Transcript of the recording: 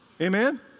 Amen